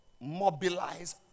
mobilize